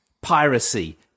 piracy